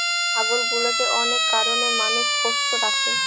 ছাগলগুলোকে অনেক কারনে মানুষ পোষ্য রাখে